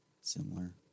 Similar